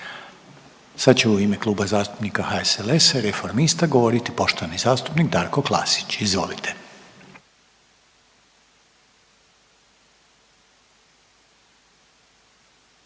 Sad će u ime Kluba zastupnika HSLS-a i Reformista govoriti poštovani zastupnik Darko Klasić. Izvolite.